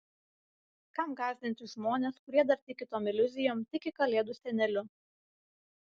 kam gąsdinti žmones kurie dar tiki tom iliuzijom tiki kalėdų seneliu